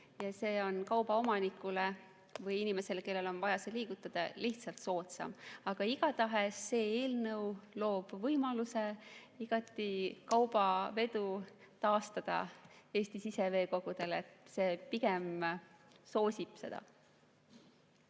ja see on kauba omanikule või inimesele, kellel on vaja seda liigutada, lihtsalt soodsam. Aga igatahes see eelnõu loob võimaluse taastada kaubavedu Eesti siseveekogudel, ta pigem soosib seda.